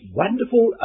wonderful